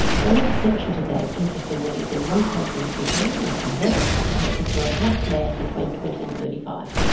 the only exception to that, interestingly, is in one country of the world and it's america and it's if you are a black man between twenty and thirty five.